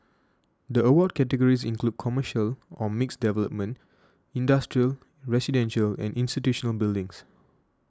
the award categories include commercial or mixed development industrial residential and institutional buildings